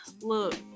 Look